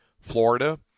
Florida